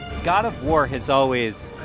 god of war has always